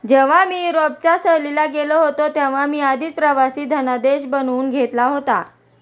जेव्हा मी युरोपच्या सहलीला गेलो होतो तेव्हा मी आधीच प्रवासी धनादेश बनवून घेतला होता